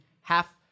half